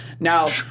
Now